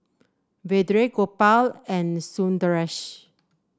Vedre Gopal and Sundaresh